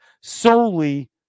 solely